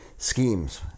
schemes